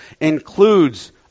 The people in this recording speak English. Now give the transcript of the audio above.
includes